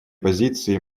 позиции